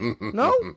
No